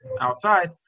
outside